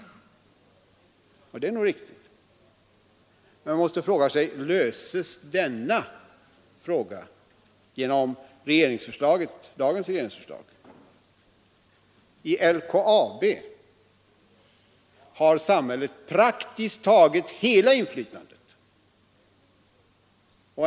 Det är nog riktigt. Men man måste fråga sig: Löses detta problem genom dagens regeringsförslag? I LKAB har samhället praktiskt taget hela inflytandet.